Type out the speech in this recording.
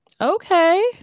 Okay